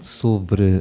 sobre